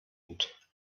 gut